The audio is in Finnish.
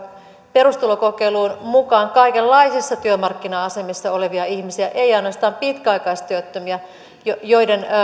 perustulokokeiluun mukaan kaikenlaisissa työmarkkina asemissa olevia ihmisiä ei ainoastaan pitkäaikaistyöttömiä joiden